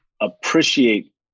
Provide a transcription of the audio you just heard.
appreciate